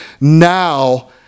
now